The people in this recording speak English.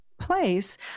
place